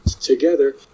together